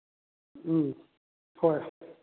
ꯎꯝ ꯍꯣꯏ